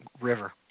river